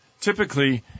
typically